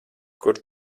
kur